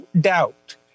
doubt